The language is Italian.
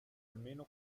almeno